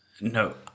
No